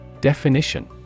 Definition